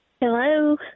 Hello